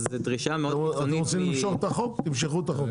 אתם רוצים למשוך את החוק תמשכו את החוק,